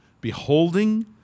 Beholding